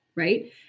Right